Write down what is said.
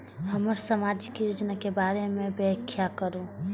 हमरा सामाजिक योजना के बारे में व्याख्या करु?